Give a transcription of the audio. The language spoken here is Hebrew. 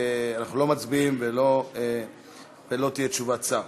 אנחנו לא מצביעים, ולא תהיה תשובת שר.